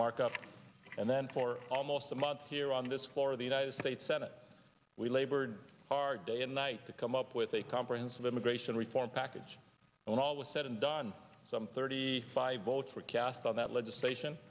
markup and then for almost a month here on this floor of the united states senate we labored hard day and night to come up with a comprehensive immigration reform package when all was said and done some thirty five votes were cast on that legislation